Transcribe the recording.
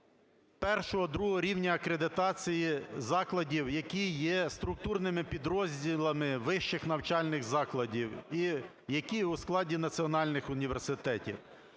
питання І-ІІ рівня акредитації закладів, які є структурними підрозділами вищих навчальних закладів і які у складі національних університетів.